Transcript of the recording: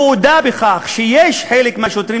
הוא הודה בכך שחלק מהשוטרים,